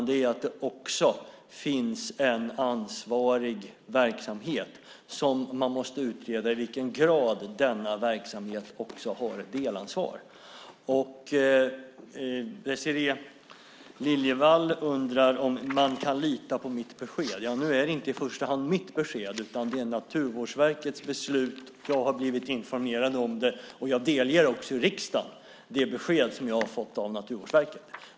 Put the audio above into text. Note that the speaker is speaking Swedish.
Det är att det också finns en ansvarig verksamhet där man måste utreda i vilken grad den verksamheten har ett delansvar. Désirée Liljevall undrar om man kan lita på mitt besked. Det är inte i första hand mitt besked. Det är Naturvårdsverkets beslut. Jag har blivit informerad om det, och jag delger riksdagen det besked som jag har fått av Naturvårdsverket.